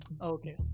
Okay